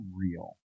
real